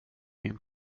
min